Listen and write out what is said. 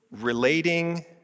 relating